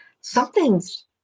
something's